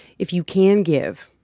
if you can give,